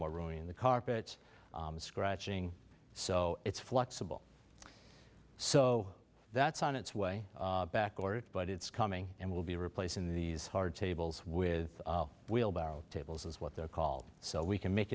more room in the carpet scratching so it's flexible so that's on its way back or it but it's coming and will be replacing these hard tables with wheelbarrow tables as what they're called so we can make